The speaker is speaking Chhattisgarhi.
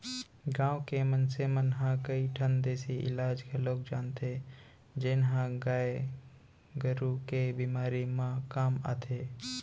गांव के मनसे मन ह कई ठन देसी इलाज घलौक जानथें जेन ह गाय गरू के बेमारी म काम आथे